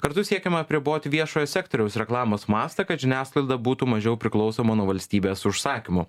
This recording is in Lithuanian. kartu siekiama apriboti viešojo sektoriaus reklamos mastą kad žiniasklaida būtų mažiau priklausoma nuo valstybės užsakymų